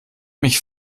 mich